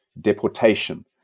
deportation